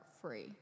free